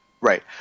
right